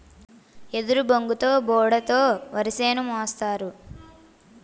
ఎదురుబొంగుతో బోడ తో వరిసేను మోస్తారు